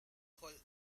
holh